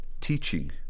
teaching